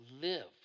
live